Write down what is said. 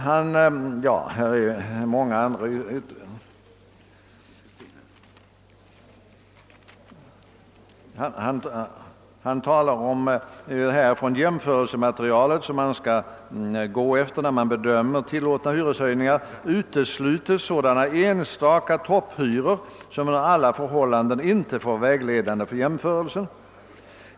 Sedan talar departementschefen om det jämförelsematerial man skall gå efter vid bedömningen av tillåtna hyreshöjningar och skriver: »Från jämförelsematerialet utesluts därvid sådana enstaka topphyror som under alla förhållanden inte får vara vägledande för jämförelsen.